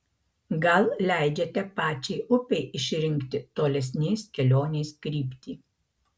gal leidžiate pačiai upei išrinkti tolesnės kelionės kryptį